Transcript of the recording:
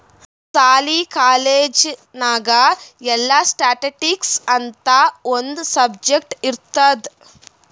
ಸಾಲಿ, ಕಾಲೇಜ್ ನಾಗ್ ಎಲ್ಲಾ ಸ್ಟ್ಯಾಟಿಸ್ಟಿಕ್ಸ್ ಅಂತ್ ಒಂದ್ ಸಬ್ಜೆಕ್ಟ್ ಇರ್ತುದ್